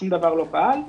שום דבר לא פעל.